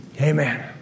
Amen